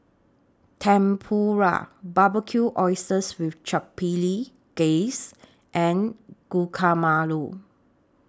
Tempura Barbecued Oysters with Chipotle Glaze and Guacamole